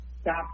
stop